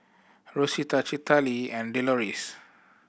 Rosita Citlalli and Deloris